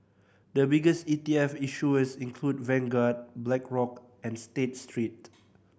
the biggest E T F issuers include Vanguard Blackrock and State Street